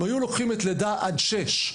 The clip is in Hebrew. אם היו לוקחים את לידה עד שש,